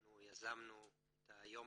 אנחנו יזמנו את יום